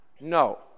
No